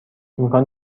امکان